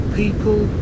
people